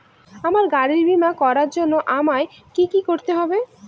আমার গাড়ির বীমা করার জন্য আমায় কি কী করতে হবে?